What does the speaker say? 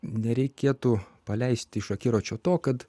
nereikėtų paleisti iš akiračio to kad